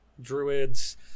Druids